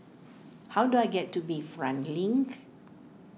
how do I get to Bayfront Link